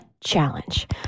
Challenge